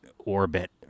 Orbit